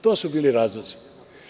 To su bili razlozi.